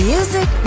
Music